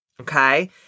Okay